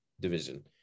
division